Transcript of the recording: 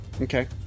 Okay